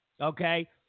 okay